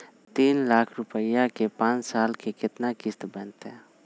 तीन लाख रुपया के पाँच साल के केतना किस्त बनतै?